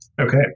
Okay